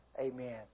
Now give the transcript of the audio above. Amen